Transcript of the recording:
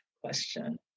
question